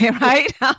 Right